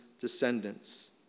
descendants